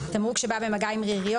"תמרוק שבא במגע עם ריריות"